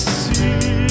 see